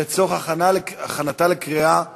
לצורך הכנתה לקריאה ראשונה.